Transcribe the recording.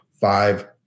five